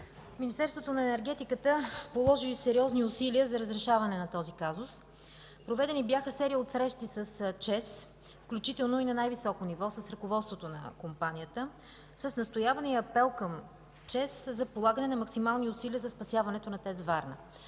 Министерството на енергетиката положи сериозни усилия за разрешаване на този казус. Проведени бяха серия от срещи с ЧЕЗ, включително и на най-високо ниво – с ръководството на компанията, с настояване и апел към ЧЕЗ за полагане на максимални усилия за спасяването на ТЕЦ „Варна”.